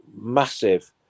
massive